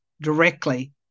directly